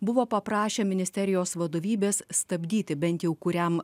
buvo paprašę ministerijos vadovybės stabdyti bent jau kuriam